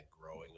growing